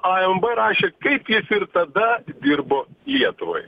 amb rašė kaip jis ir tada dirbo lietuvai